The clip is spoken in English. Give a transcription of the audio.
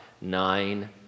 Nine